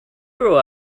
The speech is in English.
grew